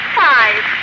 five